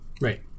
Right